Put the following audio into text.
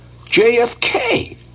JFK